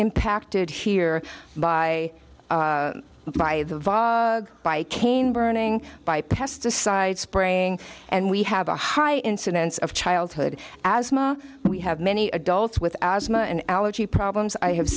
impacted here by by the vog by cane burning by pesticide spraying and we have a high incidence of childhood asthma we have many adults with asthma and allergy problems i have